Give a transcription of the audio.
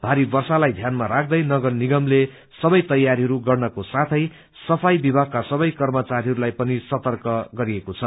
भारी वर्षालाई ध्यानमा राख्दै नगरनिगमले सबै तैयारीहरू गर्नको साथै सफाई विभागका सबै कर्मचारीहरूलाई सर्तक गरिएको छ